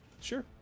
Sure